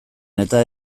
eta